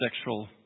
sexual